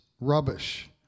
rubbish